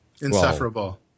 Insufferable